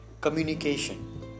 communication